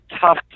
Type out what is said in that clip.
tough